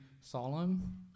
solemn